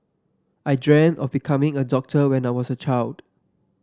I dream of becoming a doctor when I was a child